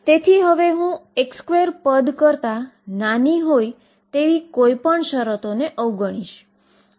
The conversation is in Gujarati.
તો ચાલો આપણે તે વ્યાખ્યાન પર પાછા જઈએ અને તે જોઈએ